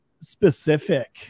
specific